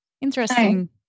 interesting